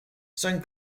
san